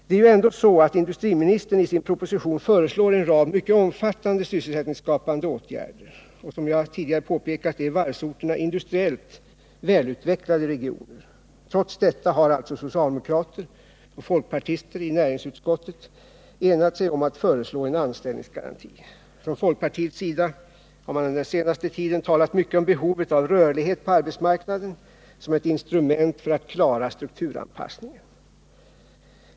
Det är ju ändå så att industriministern i sin proposition föreslår en rad mycket omfattande sysselsättningsskapande åtgärder. Som jag tidigare påpekat är varvsorterna industriellt välutvecklade regioner. Trots detta har alltså socialdemokrater och folkpartister i näringsutskottet enat sig om att föreslå en anställningsgaranti. På folkpartihåll har man den senaste tiden talat mycket om behovet av rörlighet på arbetsmarknaden som ett instrument för att klara strukturanpassningen.